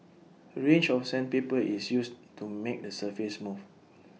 A range of sandpaper is used to make the surface smooth